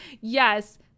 yes